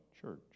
church